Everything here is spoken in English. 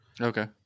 Okay